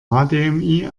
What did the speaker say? hdmi